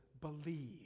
believe